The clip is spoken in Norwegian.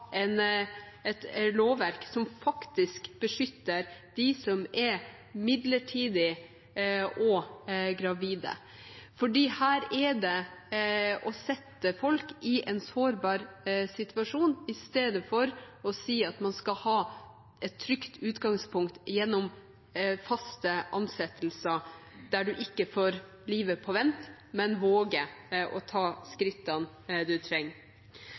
et lovverk som faktisk beskytter dem som er midlertidig ansatt og gravide. Det er å sette folk i en sårbar situasjon, istedenfor å si at man skal ha et trygt utgangspunkt gjennom faste ansettelser der man ikke får livet på vent, men våger å ta skrittene man trenger.